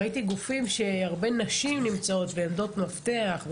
ראיתי גופים שהרבה נשים נמצאות בעמדות מפתח,